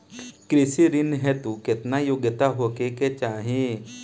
कृषि ऋण हेतू केतना योग्यता होखे के चाहीं?